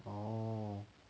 orh